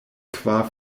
kvar